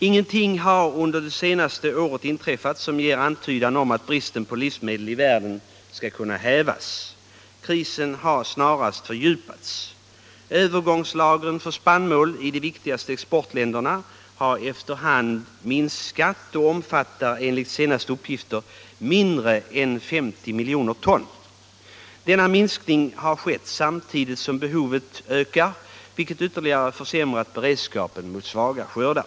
Ingenting har under det senaste året inträffat som ger antydan om att bristen på livsmedel i världen skulle kunna hävas. Krisen har snarast fördjupats. Övergångslagren för spannmål i de viktigaste exportländerna har efter hand minskat och omfattar enligt senaste uppgifter mindre än 50 miljoner ton. Denna minskning har skett samtidigt som behoven ökat, vilket ytterligare försämrat beredskapen mot svaga skördar.